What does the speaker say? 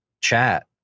chat